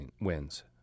wins